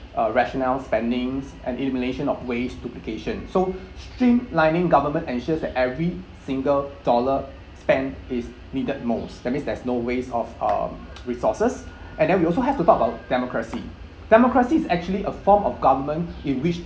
uh rationale spendings and elimination of waste duplication so streamlining government ensures that every single dollar spent is needed most that means there's no waste of um resources and then we also have to talk about democracy democracy is actually a form of government in which